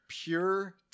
Pure